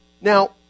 Now